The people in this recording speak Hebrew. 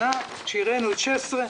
הראינו את 2016,